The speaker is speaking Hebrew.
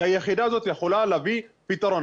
כי היחידה הזאת יכולה להביא פתרון.